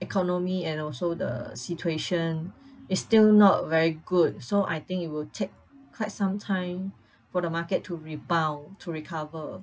economy and also the situation is still not very good so I think it will take quite some time for the market to rebound to recover